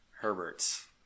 Herbert's